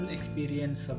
Experience